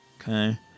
Okay